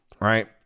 right